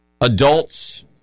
Adults